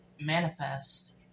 Manifest